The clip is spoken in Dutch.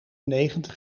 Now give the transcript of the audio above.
negentig